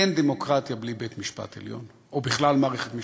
אין דמוקרטיה בלי בית-משפט עליון או בכלל מערכת משפט,